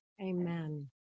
Amen